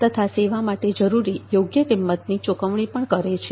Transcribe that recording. તથા સેવા માટે જરૂરી યોગ્ય કિંમતની ચુકવણી પણ કરે છે